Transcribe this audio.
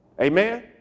Amen